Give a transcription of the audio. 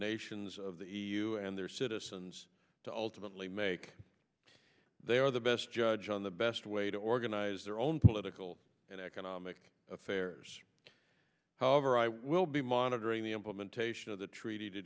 nations of the e u and their citizens to ultimately make they are the best judge on the best way to organize their own political and economic affairs however i will be monitoring the implementation of the treaty to